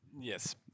Yes